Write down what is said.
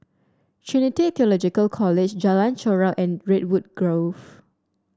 Trinity Theological College Jalan Chorak and Redwood Grove